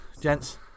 gents